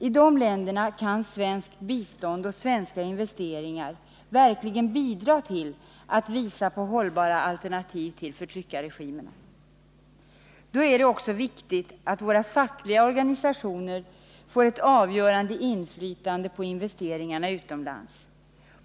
I de länderna kan svenskt Onsdagen den bistånd och svenska investeringar verkligen bidra till att visa på hållbara 21 november 1979 alternativ till förtryckarregimerna. Då är det också viktigt att våra fackliga organisationer får ett avgörande inflytande på investeringarna utomlands.